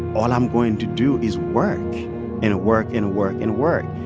all i'm going to do is work and work and work and work.